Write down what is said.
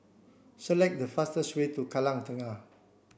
select the fastest way to Kallang Kengah